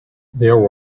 there